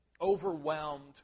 overwhelmed